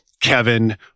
Kevin